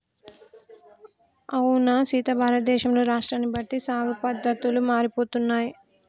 అవునా సీత భారతదేశంలో రాష్ట్రాన్ని బట్టి సాగు పద్దతులు మారిపోతున్నాయి